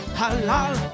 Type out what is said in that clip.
halal